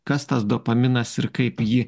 kas tas dopaminas ir kaip jį